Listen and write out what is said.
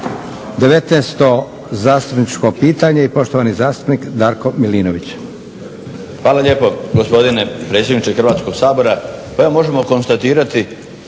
peto zastupničko pitanje i poštovani zastupnik đuro Popijač.